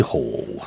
Hall